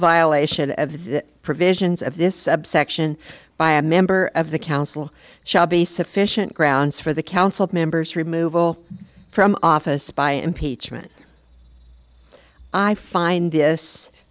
provisions of this subsection by a member of the council shall be sufficient grounds for the council members removal from office by impeachment i find this